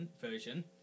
version